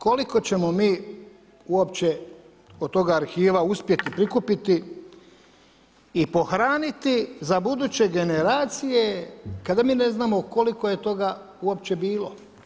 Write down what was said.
Koliko ćemo mi uopće od toga arhiva uopće uspjeti prikupiti i pohraniti za buduće generacije, kada mi ne znamo, koliko je toga uopće bilo.